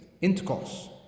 intercourse